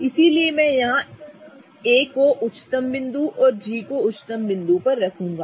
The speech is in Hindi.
इसलिए मैं A को यहां उच्चतम बिंदु पर और G को उच्चतम बिंदु पर रखूंगा